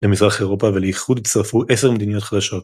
למזרח אירופה ולאיחוד הצטרפו 10 מדינות חדשות